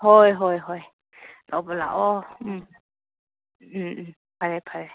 ꯍꯣꯏ ꯍꯣꯏ ꯍꯣꯏ ꯂꯧꯕ ꯂꯥꯛꯑꯣ ꯎꯝ ꯎꯝ ꯎꯝ ꯐꯔꯦ ꯐꯔꯦ